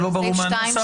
זה לא ברור מהנוסח?